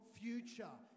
future